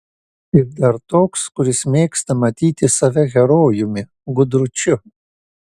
ir dar toks kuris mėgsta matyti save herojumi gudručiu